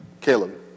Caleb